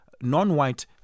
non-white